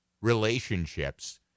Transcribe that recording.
relationships